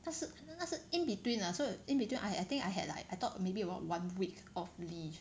他是那是 in between ah so in between I I think I had like I thought maybe around one week of leave